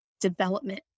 development